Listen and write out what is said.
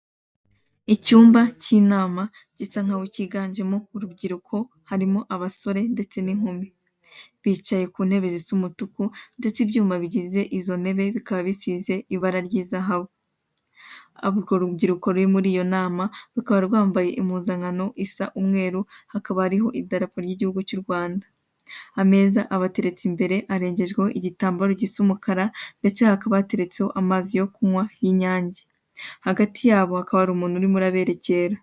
Icyumba cy'inama gisa nkaho kiganjemo urubyiruko, harimo abasore ndetse n'inkumi. Bicaye ku ntebe zisa umutuku ndetse ibyuma bigize izo ntebe bikaba bisize ibara ry'izahabu. Urwo rubyiruko ruri muri iyo nama rukaba rwambaye impuzankano isa umweru, hakaba hariho idarapo ry'igihugu cy'u Rwanda. Ameza abateretse imbere arengejweho igitambaro gisa umukara ndetse hakaba hateretseho amazi yo kunywa y'inyange. Hagati yabo hakaba hari umuntu urimo uraberekera.